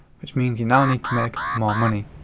which means you now need to make more money.